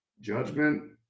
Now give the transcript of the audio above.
judgment